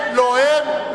לא הם,